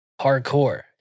Hardcore